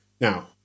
Now